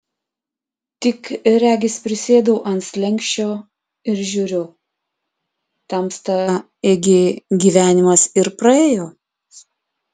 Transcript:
tik regis prisėdau ant slenksčio ir žiūriu tamsta ėgi gyvenimas ir praėjo